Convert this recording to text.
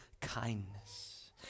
kindness